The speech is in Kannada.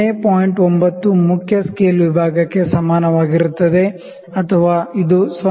9 ಮುಖ್ಯ ಸ್ಕೇಲ್ ವಿಭಾಗಕ್ಕೆ ಸಮಾನವಾಗಿರುತ್ತದೆ ಅಥವಾ ಇದು 0